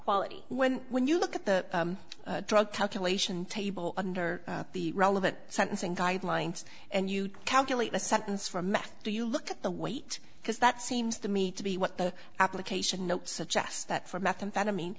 quality when when you look at the drug lation table under the relevant sentencing guidelines and you calculate the sentence for meth do you look at the weight because that seems to me to be what the application suggests that for methamphetamine